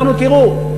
אמרנו: תראו,